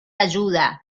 ayuda